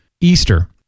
Easter